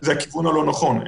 זה הכיוון או לא נכון,